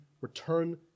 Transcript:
return